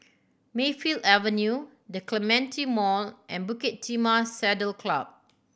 Mayfield Avenue The Clementi Mall and Bukit Timah Saddle Club